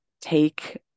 take